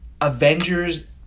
Avengers